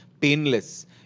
painless